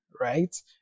right